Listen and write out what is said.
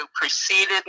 preceded